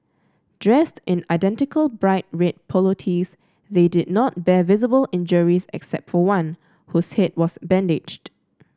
dressed in identical bright red polo tees they did not bear visible injuries except for one whose head was bandaged